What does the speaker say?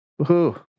Woohoo